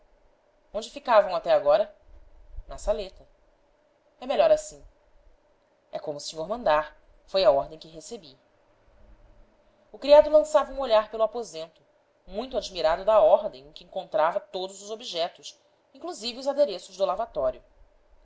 onde ficavam até agora na saleta é melhor assim é como o senhor mandar foi a ordem que recebi o criado lançava um olhar pelo aposento muito admirado da ordem em que encontrava todo os objetos inclusive os adereços do lavatório